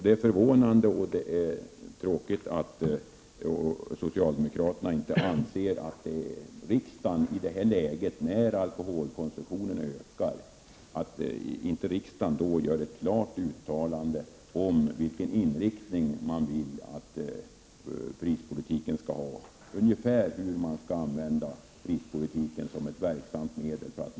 Det är förvånande och tråkigt att socialdemokraterna inte anser att riksdagen i detta läge, när alkoholkonsumtionen ökar, skall göra ett klart uttalande om vilken inriktning de vill att prispolitiken skall ha och ange ungefär hur prispolitiken skall användas som ett verksamt medel för att nå WHO-målet.